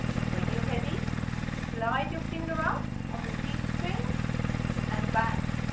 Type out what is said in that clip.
and when you're ready slide your finger up on the d string and back,